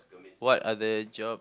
what other jobs